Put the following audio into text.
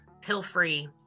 pill-free